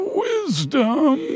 wisdom